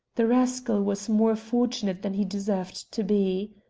the rascal was more fortunate than he deserved to be.